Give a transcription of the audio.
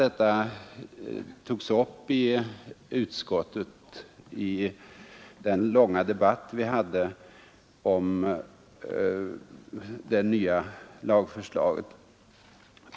Den frågan togs upp i utskottet vid den långa debatt vi där hade om det nya lagförslaget.